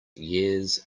years